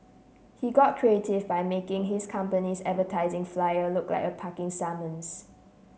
he got creative by making his company's advertising flyer look like a parking summons